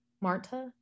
Marta